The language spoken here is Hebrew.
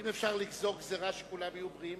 אמן.